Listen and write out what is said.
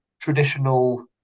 traditional